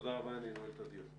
תודה רבה, אני נועל את הדיון.